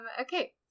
okay